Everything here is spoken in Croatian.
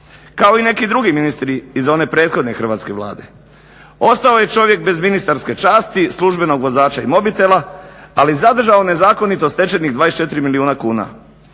Kao i neki drugi ministri iz one prethodne Hrvatske vlade. Ostao je čovjek bez ministarske časti, službenog vozača i mobitela, ali je zadržao nezakonito stečenih 24 milijuna kuna.